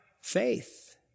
faith